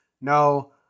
No